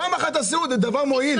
פעם אחת תעשו דבר מועיל.